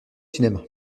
cinéma